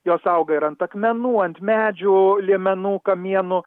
jos auga ir ant akmenų ant medžių liemenų kamienų